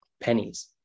pennies